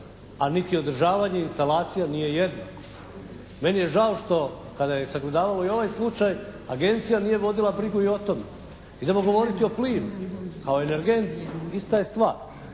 a niti održavanje instalacija nije jednako. Meni je žao što kada je sagledavala i ovaj slučaj Agencija nije vodila brigu i o tome. Idemo govoriti o plinu kao energentima, ista je stvar.